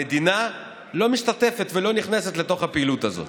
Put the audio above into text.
המדינה לא משתתפת ולא נכנסת לתוך הפעילות הזאת.